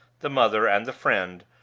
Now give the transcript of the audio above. the mother, and the friend,